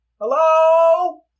Hello